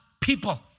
people